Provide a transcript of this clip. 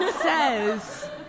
says